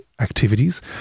activities